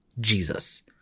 Jesus